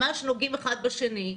ממש נוגעים אחד בשני,